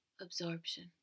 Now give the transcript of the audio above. absorption